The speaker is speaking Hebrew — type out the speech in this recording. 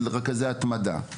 של רכזי התמדה.